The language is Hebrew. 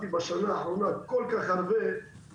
הייתי בשנה האחרונה כל כך הרבה,